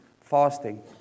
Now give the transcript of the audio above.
fasting